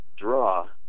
Draw